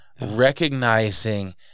Recognizing